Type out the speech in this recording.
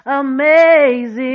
amazing